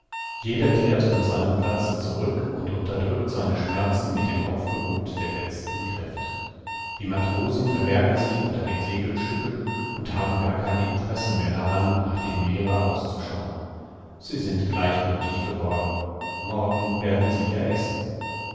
jeder kehrt nach seinem platze zurück und unterdrückt seine schmerzen mit dem aufgebot der letzten kräfte die matrosen verbergen sich unter den segelstücken und haben gar kein interesse mehr daran nach dem meere auszuschauen sie sind gleichgiltig geworden morgen werden sie ja essen